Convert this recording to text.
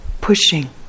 pushing